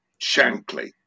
Shankly